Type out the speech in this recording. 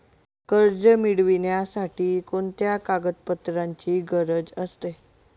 कर्ज मिळविण्यासाठी कोणत्या कागदपत्रांची गरज असते?